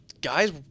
guys